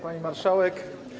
Pani Marszałek!